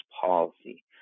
policy